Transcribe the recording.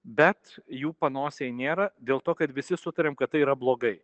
bet jų panosėj nėra dėl to kad visi sutariam kad tai yra blogai